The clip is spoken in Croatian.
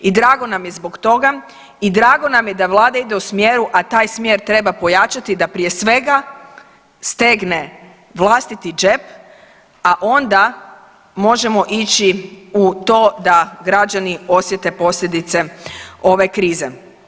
I drago nam je zbog toga i drago nam je da Vlada ide u smjeru, a taj smjer treba pojačati, da prije svega stegne vlastiti džep, a onda možemo ići u to da građani osjete posljedice ove krize.